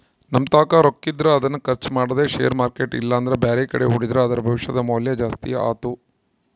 ನಮ್ಮತಾಕ ರೊಕ್ಕಿದ್ರ ಅದನ್ನು ಖರ್ಚು ಮಾಡದೆ ಷೇರು ಮಾರ್ಕೆಟ್ ಇಲ್ಲಂದ್ರ ಬ್ಯಾರೆಕಡೆ ಹೂಡಿದ್ರ ಅದರ ಭವಿಷ್ಯದ ಮೌಲ್ಯ ಜಾಸ್ತಿ ಆತ್ತು